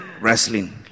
wrestling